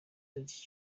z’iki